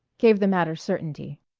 gave the matter certainty.